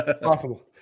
possible